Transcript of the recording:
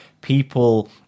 people